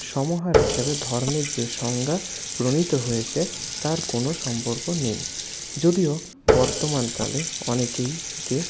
সমহার হিসেবে ধর্মের যে সংজ্ঞা প্রণীত হয়েছে তার কোনো সম্পর্ক নেই যদিও বর্তমানকালে অনেকেই কে